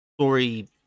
story